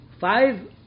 five